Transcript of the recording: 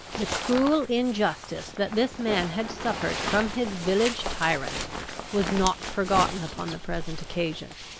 the cruel injustice that this man had suffered from his village-tyrant was not forgotten upon the present occasion.